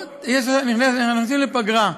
אנחנו נכנסים לפגרה,